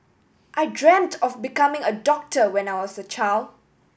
I dreamt of becoming a doctor when I was a child